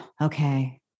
Okay